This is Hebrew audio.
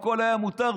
הכול היה מותר,